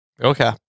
Okay